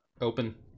open